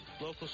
local